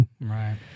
right